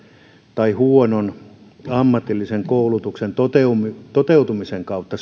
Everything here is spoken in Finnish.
tai ammatillisen koulutuksen huonon toteutumisen kautta